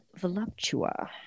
voluptua